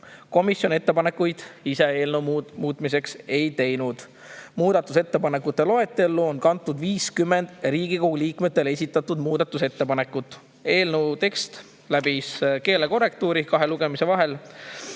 Komisjon ise ettepanekuid eelnõu muutmiseks ei teinud. Muudatusettepanekute loetellu on kantud 50 Riigikogu liikmete esitatud muudatusettepanekut. Eelnõu tekst läbis kahe lugemise vahel